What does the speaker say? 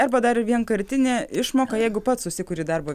arba dar ir vienkartinė išmoka jeigu pats susikuri darbo